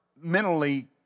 mentally